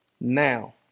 now